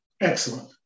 Excellent